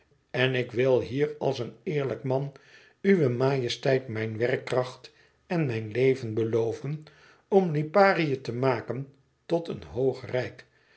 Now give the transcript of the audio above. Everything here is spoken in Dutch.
en ik wil hier als een eerlijk man uwe majesteit mijn werkkracht en mijn leven beloven om liparië te maken tot een hoog rijk